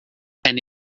and